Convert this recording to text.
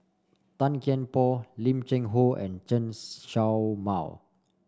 Tan Kian Por Lim Cheng Hoe and Chen Show Mao